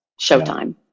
showtime